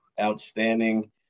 outstanding